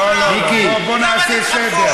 אין לכם ביצים.